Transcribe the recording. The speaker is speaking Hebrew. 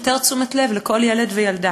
יותר תשומת לב לכל ילד וילדה.